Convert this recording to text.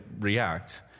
react